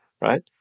right